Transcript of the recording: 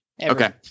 Okay